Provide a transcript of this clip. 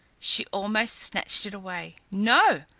she almost snatched it away. no!